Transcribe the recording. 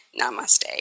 namaste